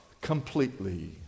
completely